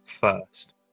first